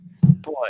boy